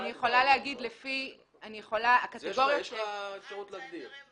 יש אפשרות להגדיר.